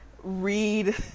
read